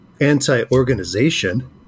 anti-organization